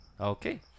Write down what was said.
Okay